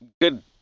good